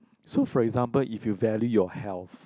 so for example if you value your health